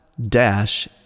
dash